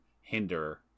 hinder